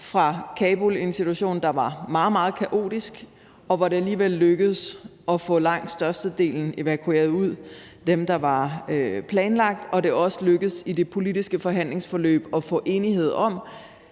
der var meget, meget kaotisk, men hvor det alligevel lykkedes at få langt størstedelen af dem, det var planlagt at evakuere, ud, og hvor det også lykkedes i det politiske forhandlingsforløb at nå til enighed om,